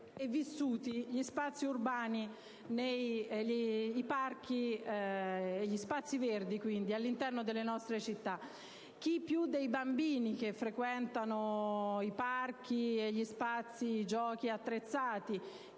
e vissuti i parchi e gli spazi verdi all'interno delle nostre città. Chi, infatti, più dei bambini che frequentano i parchi e gli spazi-giochi attrezzati,